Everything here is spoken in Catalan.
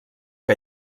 que